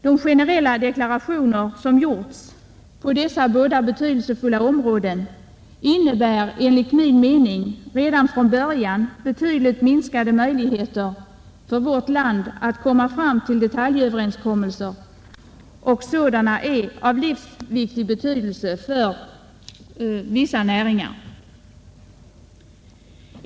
De generella deklarationer som gjorts på dessa båda betydelsefulla områden innebär enligt min mening redan från början betydligt minskade möjligheter för vårt land att komma fram till detaljöverenskommelser, och sådana är livsviktiga för vissa näringar.